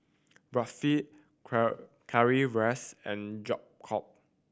Barfi Currywurst and Jokbal